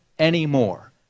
anymore